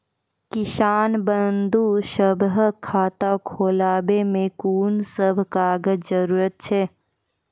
किसान बंधु सभहक खाता खोलाबै मे कून सभ कागजक जरूरत छै?